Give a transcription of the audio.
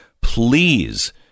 please